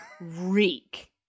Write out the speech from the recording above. reek